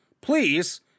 Please